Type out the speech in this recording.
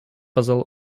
кызыл